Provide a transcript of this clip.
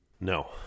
No